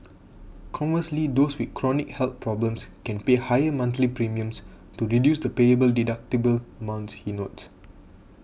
conversely those with chronic health problems can pay higher monthly premiums to reduce the payable deductible amounts he notes